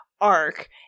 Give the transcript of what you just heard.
arc